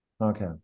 Okay